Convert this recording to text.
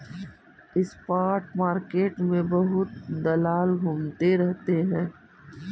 spot market में बहुत दलाल घूमते रहते हैं